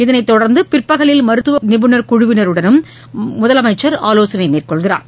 இதனைத்தொடர்ந்து மருத்துவநிபுணர் குழுவினருடனும் முதலமைச்சர் ஆலோசனைமேற்கொள்கிறார்